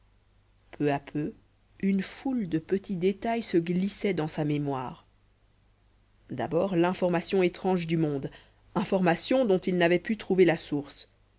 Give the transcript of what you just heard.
peu à peu une foule de petits détails se glissaient dans sa mémoire d'abord l'information étrange du monde information dont il n'avait pu trouver la source